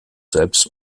selbst